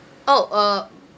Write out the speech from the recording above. orh uh